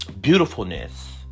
beautifulness